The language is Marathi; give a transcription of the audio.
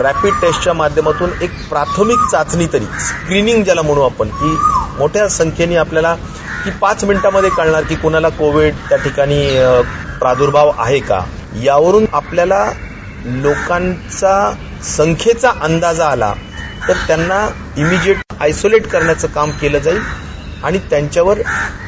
रॅपिड टेस्टच्या माध्यमातून एक प्राथमिक चाचणी स्क्रिनिंग ज्याला म्हणू आपण ती मोठ्या संख्येनं आपल्याला कळणार पाच मिनिटात कळणार की कोणाला कोविड त्याठिकाणी प्रार्दभाव आहे का यावरून आपल्याला लोकांचा संख्येचा अंदाजा आला तर त्यांना इमिजिएट आयसोलेट करण्याचं काम केलं जाईल आणि त्यांच्यावर